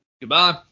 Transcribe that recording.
Goodbye